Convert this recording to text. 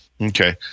Okay